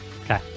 Okay